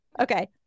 Okay